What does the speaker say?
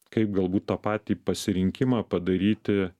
kaip galbūt tą patį pasirinkimą padaryti